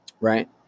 Right